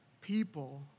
people